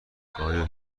آیا